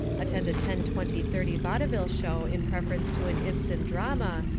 attend a ten-twenty thirty vaudeville show in preference to an ibsen drama,